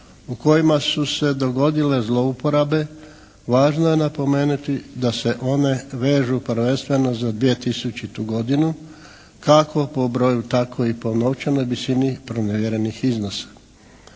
u kojima su se dogodile zlouporabe važno je napomenuti da se one vežu prvenstveno za 2000. godinu kako po broju, tako i po novčanoj visini pronevjerenih iznosa.